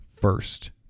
first